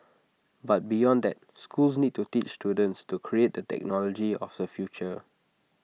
but beyond that schools need to teach students to create the technology of the future